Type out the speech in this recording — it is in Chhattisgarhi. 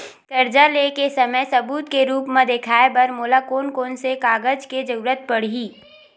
कर्जा ले के समय सबूत के रूप मा देखाय बर मोला कोन कोन से कागज के जरुरत पड़ही?